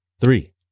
three